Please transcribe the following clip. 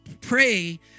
pray